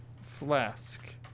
flask